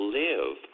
live